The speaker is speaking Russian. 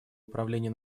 управления